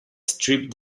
stripped